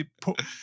Put